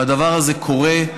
והדבר הזה קורה.